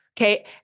Okay